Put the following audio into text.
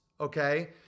Okay